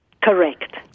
Correct